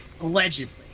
Allegedly